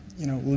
you know,